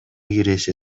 киреше